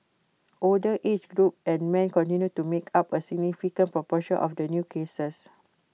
older age group and men continued to make up A significant proportion of the new cases